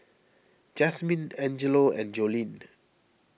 Jazmyne Angelo and Joleen